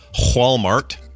walmart